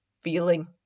feeling